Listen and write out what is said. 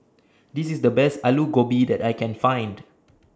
This IS The Best Aloo Gobi that I Can Find